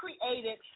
created